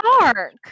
dark